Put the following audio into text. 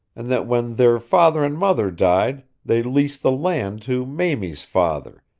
and that when their father and mother died they leased the land to mamie's father,